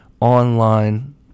online